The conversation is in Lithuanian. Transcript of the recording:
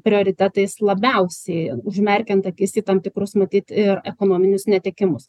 prioritetais labiausiai užmerkiant akis į tam tikrus matyt ir ekonominius netekimus